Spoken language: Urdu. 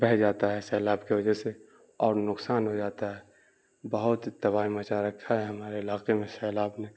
بہہ جاتا ہے سیلاب کے وجہ سے اور نقصان ہو جاتا ہے بہت تباہی مچا رکھا ہے ہمارے علاقے میں سیلاب نے